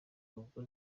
ngo